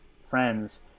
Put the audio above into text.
friends